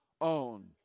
own